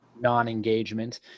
non-engagement